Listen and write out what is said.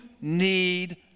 need